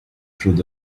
through